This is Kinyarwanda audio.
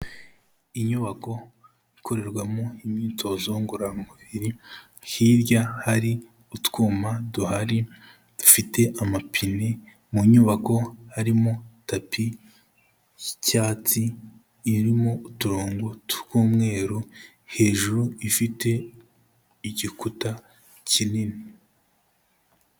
Inyubako ikorerwamo imyitozo ngororamubiri hirya hari utwuma duhari dufite amapine, mu nyubako harimo tapi y'icyatsi irimo uturongo tw'umweru hejuru ifite igikuta kinini.